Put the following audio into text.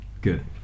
good